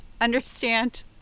understand